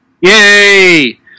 Yay